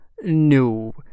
No